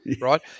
right